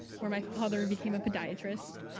where my father became a pediatrist.